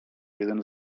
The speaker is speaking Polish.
jeden